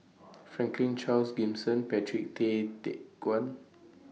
Franklin Charles Gimson Patrick Tay Teck Guan